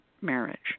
marriage